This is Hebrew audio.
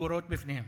סגורות בפניהם.